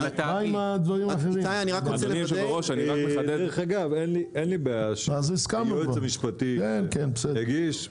אגב אין לי בעיה שהיועץ המשפטי יגיש.